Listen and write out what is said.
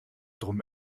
drum